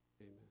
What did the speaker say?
Amen